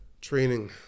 Training